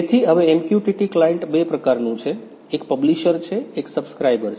તેથી હવે MQTT client બે પ્રકારનું છે એક પબ્લિશર છે એક સબ્સ્ક્રાઇબર છે